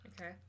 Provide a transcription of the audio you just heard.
Okay